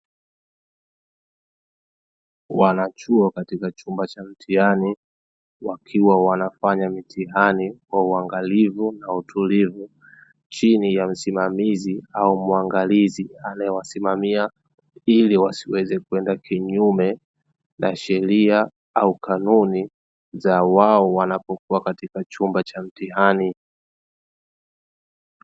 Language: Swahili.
Wanachuo katika chumba cha mtihani, wakiwa wanafanya mitihani kwa uangalifu na utulivu chini ya msimamizi au mwangalizi anaye wasimamia, hili wasiweze kwenda kinyumbe na sheria au kanuni za wao wanapokuwa kwenye chumba cha mtihani.